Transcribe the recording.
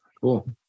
Cool